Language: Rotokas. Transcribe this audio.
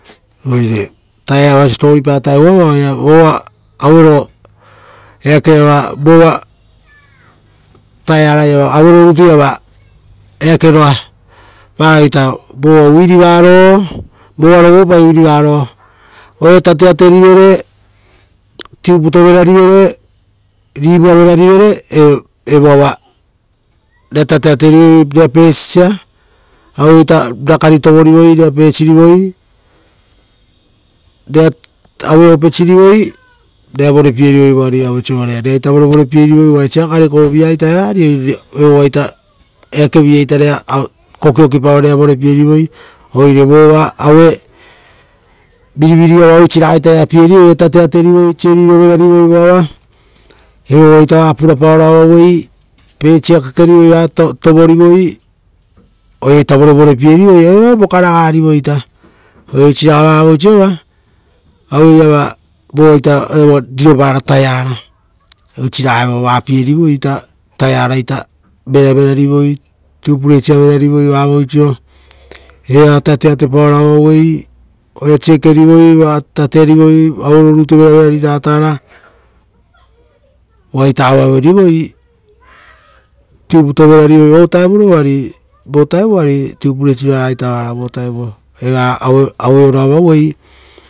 Oire taea-iava siposipo-pa vutataio vova auere, eakeiava, vova taearaiava auero rutu iava eakeroa, varao it vova vova rovopai wheelbarrow, oira tateaterivere tubeto verarivere rivua verarivere e, evoava vera tateaterivere rera votopiesa, aueita rakar tovorivere rera votopierivoi, rear, aue opesirivoi, rera vorepierivoi reraita sovarai vorevorepierivoi uva osia gare kovoviaita eva ari evoavaita eake-aita rera kokiokipaoro rera vorepie-rivoio. Oire vova aue viriviavaita ragaita pierivoiseriro verarivoi evoava, evoavaita va purapaoro avauei pasa kekerivoi va, tovorivoi, oiraita vorevorepierivo, ee vokaragarivoi oire oisi raga vavoi sova, aueiava vovaita aueiava riropara taeara, oisiraga va pierivoita taea raita veraverarivoi, tiuvuresa veraverarivo vavoiso eva tateatepaoro avauei oira sekerivoi, va taterivoi auero rutu verarivoi ratara. Voaita auerivoi tiuputo verarivoi, o taevu vutarovuari viapararaga vara vo taevu vutao eva aueoro avauei.